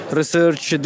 research